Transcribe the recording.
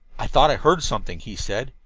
i thought i heard something, he said.